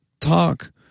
talk